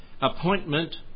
appointment